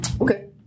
Okay